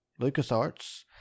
LucasArts